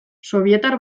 sobietar